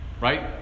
Right